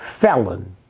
felon